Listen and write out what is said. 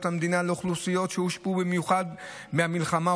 המדינה לאוכלוסיות שהושפעו במיוחד מהמלחמה,